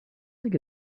think